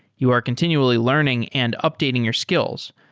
you are continually learning and updating your skills,